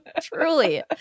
truly